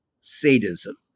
sadism